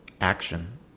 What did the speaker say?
action